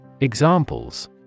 Examples